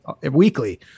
weekly